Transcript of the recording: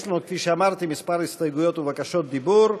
יש לנו, כפי שאמרתי, כמה הסתייגויות ובקשות דיבור.